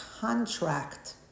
contract